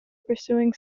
pursuing